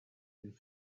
and